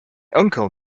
uncle